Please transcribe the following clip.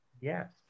yes